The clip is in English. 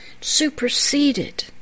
superseded